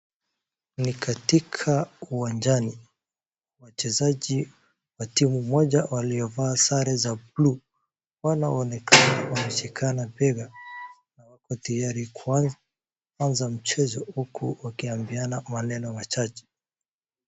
Ni katika uwanjani wachezaji wa timu moja waliovaa sare za bluu wanonekana wameshikana bega na wako tayari kuanza mchezo huku wakiambiana maneno machache.